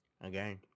again